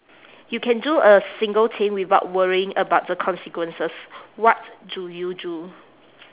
you can do a single thing without worrying about the consequences what do you do